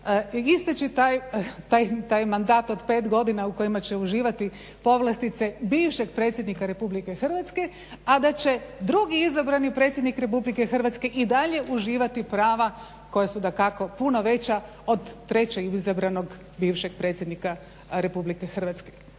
isteći taj mandat od pet godina u kojima će uživati povlastice bivšeg predsjednika RH a da će drugi izabrani predsjednik RH i dalje uživati prava koja su dakako puno veća od treće izabranog bivšeg predsjednika Republike Hrvatske.